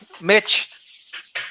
mitch